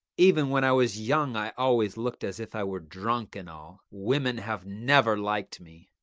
even when i was young i always looked as if i were drunk, and all. women have never liked me.